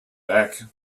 back